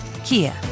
Kia